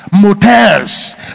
motels